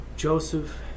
Joseph